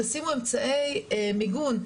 תשימו אמצעי מיגון,